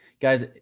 guys,